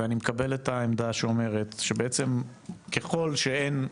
ואני מקבל את העמדה שאומרת שבעצם ככל שאין,